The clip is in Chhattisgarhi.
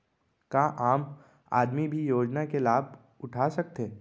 का आम आदमी भी योजना के लाभ उठा सकथे?